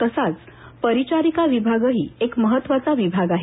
तसाच परिचारिका विभागही एक महत्त्वाचा विभाग आहे